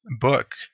book